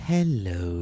Hello